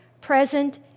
present